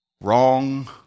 Wrong